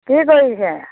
কি কৰিছে